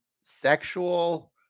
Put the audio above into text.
sexual